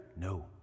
No